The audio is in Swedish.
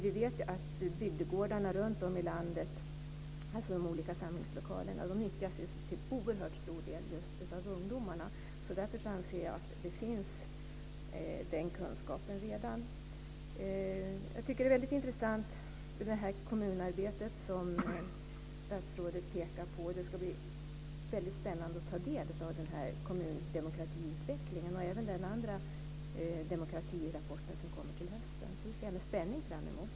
Vi vet ju att bygdegårdarna, alltså de olika samlingslokalerna, runt om i landet till oerhört stor del nyttjas just av ungdomarna. Därför anser jag att den kunskapen redan finns. Jag tycker att det kommunarbete som statsrådet pekar på är väldigt intressant. Det ska bli väldigt spännande att ta del av den här kommundemokratiutvecklingen och även den andra demokratirapporten, som kommer till hösten. Det ser jag med spänning fram emot.